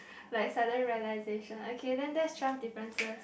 like sudden realization okay then that's twelve differences